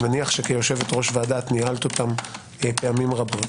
מניח שכיושבת-ראש ועדה ניהלת אותן פעמים רבות.